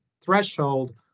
threshold